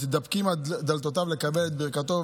מתדפקים על דלתותיו לקבל את ברכתו.